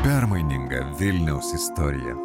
permaininga vilniaus istorija